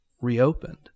reopened